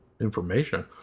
information